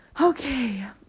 Okay